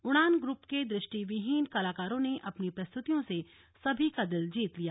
उड़ान ग्रूप के दृ ष्टिविहीन कलाकारों ने अपनी प्रस्तुतियों से सभी का दिल जीत लिया